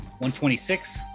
126